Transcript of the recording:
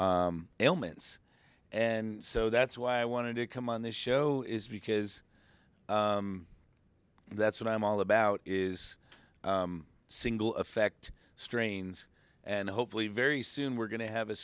fide ailments and so that's why i wanted to come on this show is because that's what i'm all about is single effect strains and hopefully very soon we're going to have a